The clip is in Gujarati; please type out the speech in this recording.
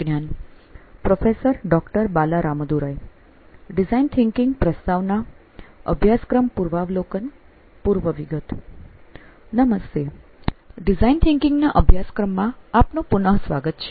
નમસ્તે ડિઝાઇન થીંકીંગ ના અભ્યાસક્રમમાં આપનું પુનઃ સ્વાગત છે